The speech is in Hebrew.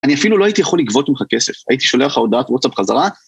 אני אפילו לא הייתי יכול לגבות ממך כסף, הייתי שולח לך הודעת וואטסאפ חזרה?